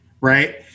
right